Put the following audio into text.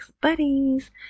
Buddies